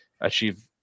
achieve